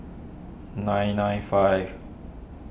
nine nine five